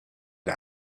the